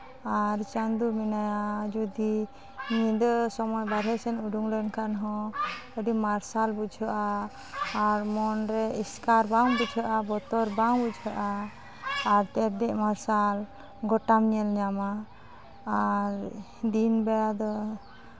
ᱟᱨ ᱪᱟᱸᱫᱚ ᱢᱮᱱᱟᱭᱟ ᱡᱚᱫᱤ ᱧᱤᱫᱟᱹ ᱥᱚᱢᱚᱭ ᱵᱟᱦᱨᱮ ᱥᱮᱫ ᱩᱰᱩᱠ ᱞᱮᱱ ᱠᱷᱟᱱ ᱦᱚᱸ ᱟᱹᱰᱤ ᱢᱟᱨᱥᱟᱞ ᱵᱩᱡᱷᱟᱹᱜᱼᱟ ᱟᱨ ᱢᱚᱱ ᱨᱮ ᱮᱥᱠᱟᱨ ᱵᱟᱝ ᱵᱩᱡᱷᱟᱹᱜᱼᱟ ᱵᱚᱛᱚᱨ ᱵᱟᱝ ᱵᱩᱡᱷᱟᱹᱜᱼᱟ ᱟᱨ ᱛᱮᱨᱫᱮᱡ ᱢᱟᱨᱥᱟᱞ ᱜᱚᱴᱟᱢ ᱧᱮᱞ ᱧᱟᱢᱟ ᱟᱨ ᱫᱤᱱ ᱵᱮᱲᱟ ᱫᱚ